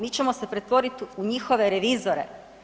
Mi ćemo se pretvoriti u njihove revizore?